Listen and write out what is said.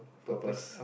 purpose